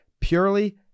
purely